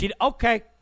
Okay